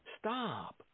stop